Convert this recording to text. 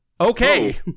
Okay